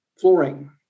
flooring